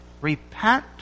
Repent